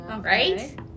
Right